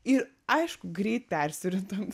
ir aišku greit persiritant